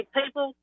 people